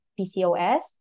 PCOS